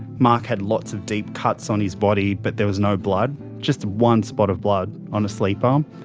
mark had lots of deep cuts on his body but there was no blood just one spot of blood on a sleeper. um